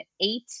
eight